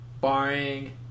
barring